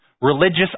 religious